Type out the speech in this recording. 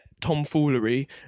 tomfoolery